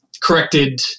corrected